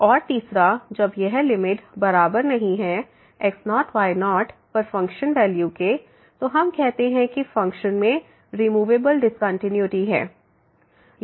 और तीसरा जब यह लिमिट बराबर नहीं है x0y0पर फंक्शन वैल्यू के तो हम कहते हैं कि फ़ंक्शन में रिमूवेबल डिस्कंटीन्यूटी है